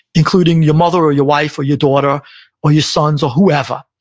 including your mother or your wife or your daughter or your sons or whoever.